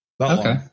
Okay